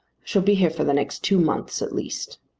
shall be here for the next two months, at least.